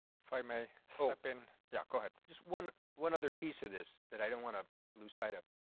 if i may step in. yeah go ahead. just one one other piece of this that i don't wanna lose sight of,